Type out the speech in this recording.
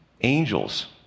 angels